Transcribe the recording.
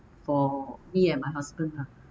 for me and my husband ah